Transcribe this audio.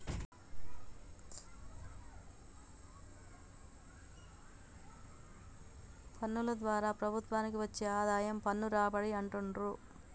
పన్నుల ద్వారా ప్రభుత్వానికి వచ్చే ఆదాయం పన్ను రాబడి అంటుండ్రు